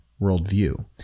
worldview